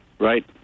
Right